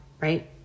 right